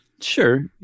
Sure